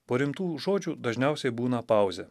po rimtų žodžių dažniausiai būna pauzė